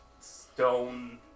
stone